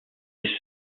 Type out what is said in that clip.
est